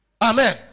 Amen